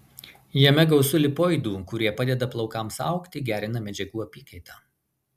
jame gausu lipoidų kurie padeda plaukams augti gerina medžiagų apykaitą